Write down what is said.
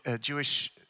Jewish